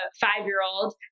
five-year-old